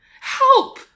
Help